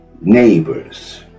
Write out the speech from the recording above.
neighbor's